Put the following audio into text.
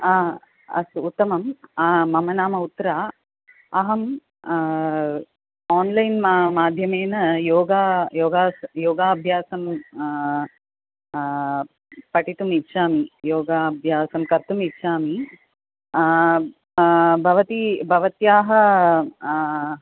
अस्तु उत्तमं मम नाम उत्रा अहम् आन्लैन् माध्यमेन योगा योगा योगाभ्यासं पठितुम् इच्छामि योगाभ्यासं कर्तुम् इच्छामि भवती भवत्याः